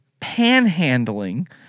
panhandling